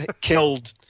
killed